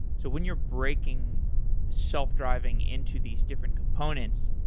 so when you're breaking self driving into these different components,